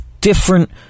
different